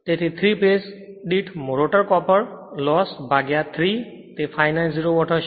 તેથી 3 ફેજ દીઠ rotor copper rotor copper loss ભાગ્યા 3 તે 590 વોટ હશે